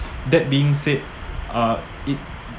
that being said uh it